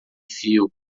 fio